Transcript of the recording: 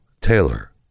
Taylor